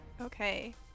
Okay